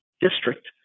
district